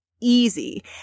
easy